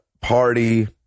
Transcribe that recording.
party